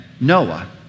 Noah